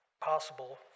possible